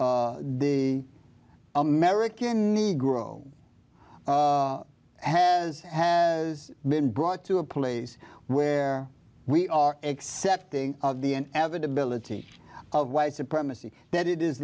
of the american negro has has been brought to a place where we are accepting of the avid ability of white supremacy that it is